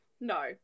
No